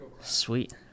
Sweet